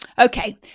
Okay